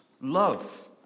Love